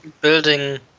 building